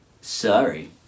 sorry